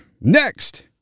Next